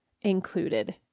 included